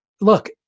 Look